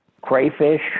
crayfish